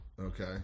Okay